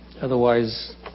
Otherwise